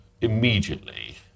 immediately